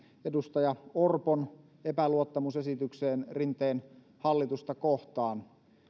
edustaja orpon epäluottamusesitykseen rinteen hallitusta kohtaan